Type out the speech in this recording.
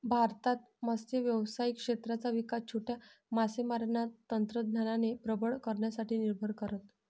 भारतात मत्स्य व्यावसायिक क्षेत्राचा विकास छोट्या मासेमारांना तंत्रज्ञानाने प्रबळ करण्यासाठी निर्भर करत